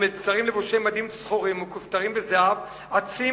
כשמלצרים לבושי מדים צחורים ומכופתרי זהב אצים